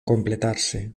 completarse